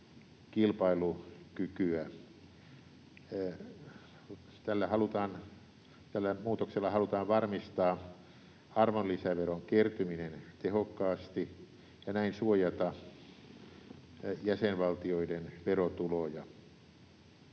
Tällä muutoksella halutaan varmistaa arvonlisäveron kertyminen tehokkaasti ja näin suojata jäsenvaltioiden verotuloja.